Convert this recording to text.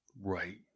Right